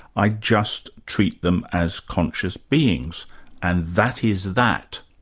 i just treat them as conscious beings and that is that.